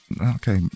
okay